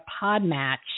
Podmatch